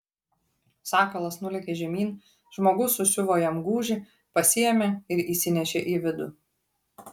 sakalas nulėkė žemyn žmogus susiuvo jam gūžį pasiėmė ir įsinešė į vidų